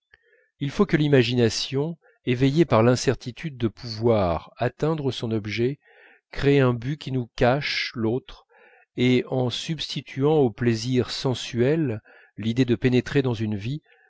il faut que l'imagination éveillée par l'incertitude de pouvoir atteindre son objet crée un but qui nous cache l'autre et en substituant au plaisir sensuel l'idée de pénétrer dans une vie